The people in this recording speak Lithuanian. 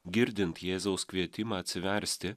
girdint jėzaus kvietimą atsiversti